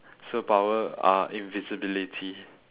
superpower uh invisibility